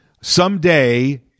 someday